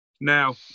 Now